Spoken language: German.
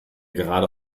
gerade